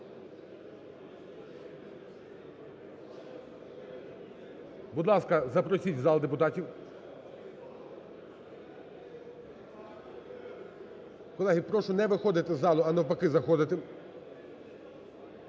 Будь ласка, запросіть в зал депутатів. Колеги, прошу не виходити з валу, а навпаки, заходити.